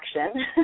action